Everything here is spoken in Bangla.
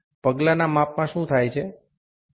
ধাপে ধাপে পরিমাপের সময় কি হয়